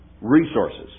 resources